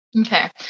Okay